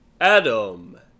Adam